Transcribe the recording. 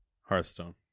Hearthstone